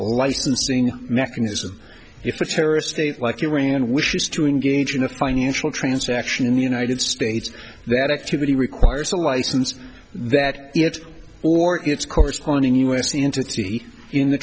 licensing mechanism if a terrorist state like you rand wishes to engage in a financial transaction in the united states that activity requires a license that the us or its corresponding us the entity in the